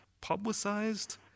publicized